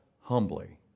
humbly